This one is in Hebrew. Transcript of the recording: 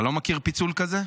אתה לא מכיר פיצול כזה?